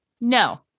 no